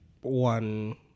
one